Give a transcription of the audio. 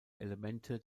elemente